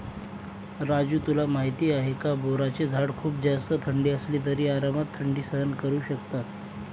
राजू तुला माहिती आहे का? बोराचे झाड खूप जास्त थंडी असली तरी आरामात थंडी सहन करू शकतात